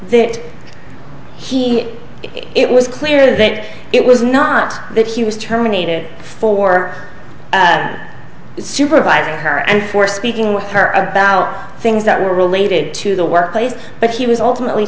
that he it was clear that it was not that he was terminated for that supervisor her and for speaking with her about things that were related to the workplace but he was ultimately